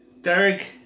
Derek